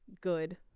good